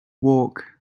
walk